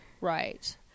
Right